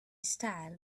style